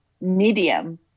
medium